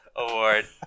Award